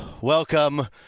welcome